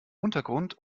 untergrund